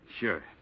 Sure